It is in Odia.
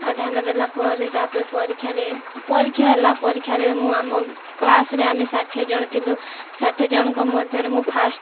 ଆଉ ଧ୍ୟାନ ଦେଲା ପରେ ତା'ପରେ ପରୀକ୍ଷାରେ ପରୀକ୍ଷା ହେଲା ପରୀକ୍ଷାରେ ମୁଁ ଆମ କ୍ଲାସ୍ରେ ଆମେ ଷାଠିଏ ଜଣ ଥିଲୁ ଷାଠିଏ ଜଣଙ୍କ ମଧ୍ୟରେ ମୁଁ ଫାଷ୍ଟ